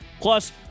plus